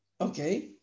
Okay